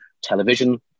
television